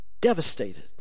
devastated